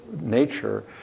nature